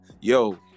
Yo